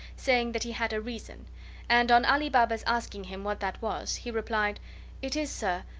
saying that he had a reason and, on ali baba's asking him what that was, he replied it is, sir,